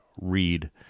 read